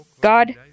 God